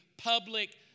Public